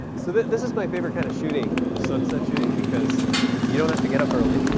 so this is my favorite kind of shooting, sunset shooting, because you don't have to get up early.